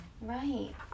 Right